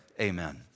amen